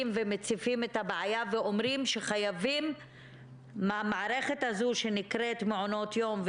ומציפים את הבעיה ואומרים שהמערכת הזו שנקראת מעונות יום,